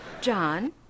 John